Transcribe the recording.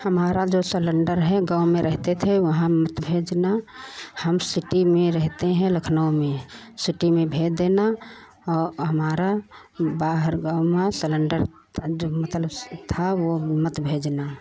हमारा जो सलेन्डर है गाँव में रहते थे वहाँ मत भेजना हम सिटी में रहते हैं लखनऊ में सिटी में भेज देना और हमारा बाहर गाँव में सिलेन्डर जो मतलब था वह मत भेजना